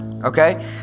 Okay